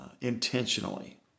intentionally